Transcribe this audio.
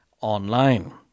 online